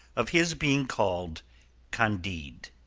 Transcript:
of his being called candide.